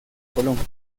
colombia